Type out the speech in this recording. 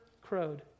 crowed